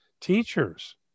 teachers